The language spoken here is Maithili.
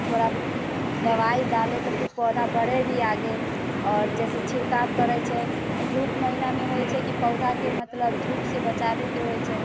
थोड़ा दवाइ डालै तऽ पौधा बढ़य भी आगे आओर जैसे छिड़काव करैत छै आओर धूप महिनामे होइत छै कि पौधाके धूपसँ बचाबैके होइत छै